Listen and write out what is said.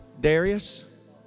Darius